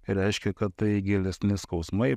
reiškia kad tai gilesni skausmai